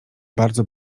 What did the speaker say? bardzo